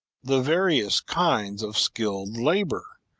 the various kinds of skilled labour,